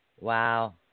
Wow